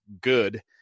good